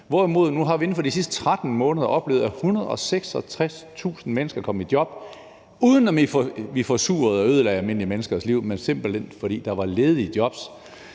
hvorimod vi nu inden for de sidste 13 måneder har oplevet, at 166.000 mennesker er kommet i job, uden at vi forsurede og ødelagde almindelige menneskers liv, men simpelt hen, fordi der var ledige jobs.